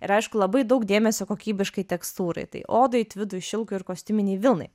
ir aišku labai daug dėmesio kokybiškai tekstūrai tai odai tvidui šilkui ir kostiuminei vilnai